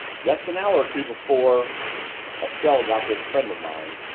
just an hour or two before a shell got this friend of mine,